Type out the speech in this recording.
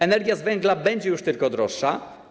Energia z węgla będzie już tylko droższa.